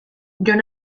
jon